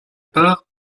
part